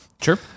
Sure